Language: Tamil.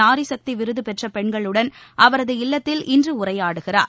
நாரி சக்தி விருது பெற்ற பெண்களுடன் அவரது இல்லத்தில் இன்று உரையாடுகிறார்